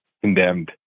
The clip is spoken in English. condemned